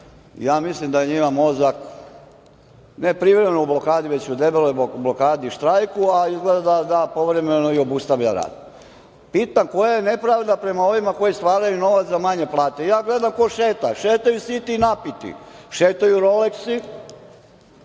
koji ih tu prate, ne privremeno u blokadi, već u debeloj blokadi, u štrajku, a izgleda da povremeno i obustavlja rad. Pitam, koja je nepravda prema ovima koji stvaraju novac za manje plate? Ja gledam ko šeta. Šetaju siti i napiti, šetaju roleksi,